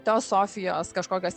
teosofijos kažkokias